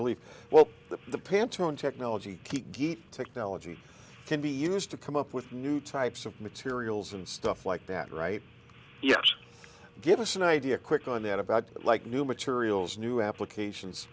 belief well the pantalone technology technology can be used to come up with new types of materials and stuff like that right yes give us an idea quick on that about like new materials new applications